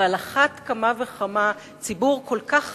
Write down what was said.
ועל אחת כמה וכמה ציבור כל כך חלש,